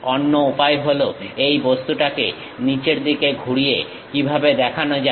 অন্য উপায় হলো এই বস্তুটাকে নিচের দিকে ঘুরিয়ে কিভাবে দেখানো যায়